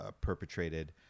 perpetrated